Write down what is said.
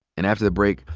and after the break,